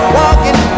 walking